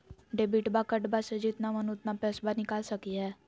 Debit कार्डबा से जितना मन उतना पेसबा निकाल सकी हय?